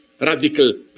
Radical